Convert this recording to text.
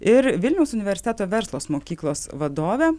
ir vilniaus universiteto verslos mokyklos vadovė